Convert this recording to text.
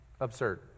absurd